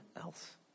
else